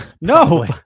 no